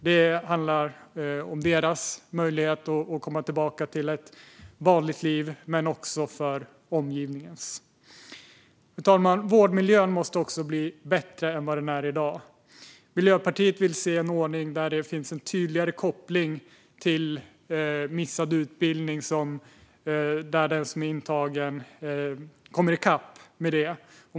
Det handlar om deras möjlighet att komma tillbaka till ett vanligt liv, men också om omgivningen. Fru talman! Vårdmiljön måste bli bättre än den är i dag. Miljöpartiet vill se en ordning där det finns en tydligare koppling till missad utbildning, där den som är intagen kommer i kapp med det.